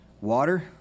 water